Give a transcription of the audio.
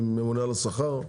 ממונה על השכר?